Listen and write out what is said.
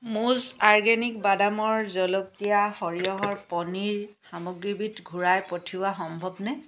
মুজ organic বাদামৰ জলকীয়া সৰিয়হৰ পনীৰ সামগ্ৰীবিধ ঘূৰাই পঠিওৱা সম্ভৱনে